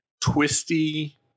twisty